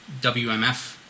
WMF